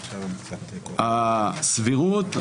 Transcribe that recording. הסבירות.